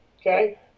okay